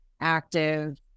active